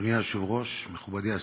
אדוני היושב-ראש, מכובדי השר,